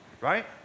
right